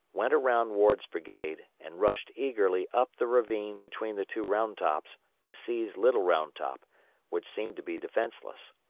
went around ward's brigade and rushed eagerly up the ravine between the two round tops to seize little round top which seemed to be defenceless.